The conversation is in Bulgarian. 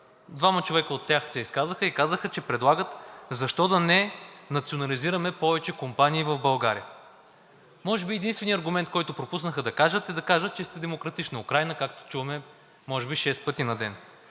Двама човека от тях се изказаха и казаха, че предлагат защо да не национализираме повече компании в България. Може би единственият аргумент, който пропуснаха да кажат, е да кажат, че сте демократична Украйна, както чуваме може би шест пъти на ден.